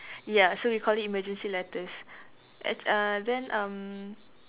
ya so we call it emergency letters at uh then um